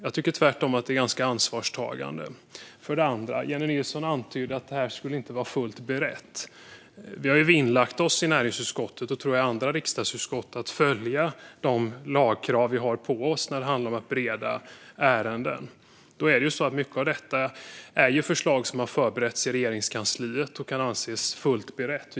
Jag tycker tvärtom att det är ganska ansvarstagande. Jennie Nilsson antydde också att detta inte skulle vara fullt berett. Vi har i näringsutskottet och i andra riksdagsutskott, tror jag, vinnlagt oss att följa de lagkrav som handlar om beredning av ärenden. Många av dessa förslag har förberetts i Regeringskansliet och kan anses vara fullt beredda.